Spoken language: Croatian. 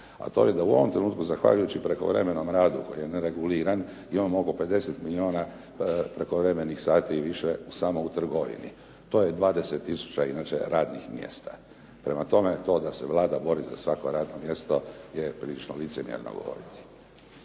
a to je da u ovom trenutku zahvaljujući prekovremenom radu koji je nereguliran je on mogao 50 milijuna prekovremenih sati i više samo u trgovini. To je 20 000 inače radnih mjesta. Prema tome, to da se Vlada bori za svako radno mjesto je prilično licemjerno govoriti.